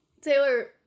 Taylor